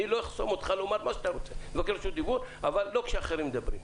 אני לא אחסום אותך לומר מה שאתה רוצה אבל לא כשאחרים מדברים.